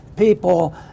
people